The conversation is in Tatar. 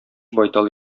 байтал